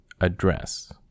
address